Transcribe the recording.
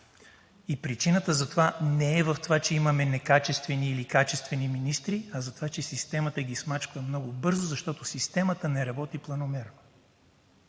Причината за това не е, че имаме некачествени или качествени министри, а за това, че системата ги смачква много бързо, защото системата не работи планомерно.